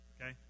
okay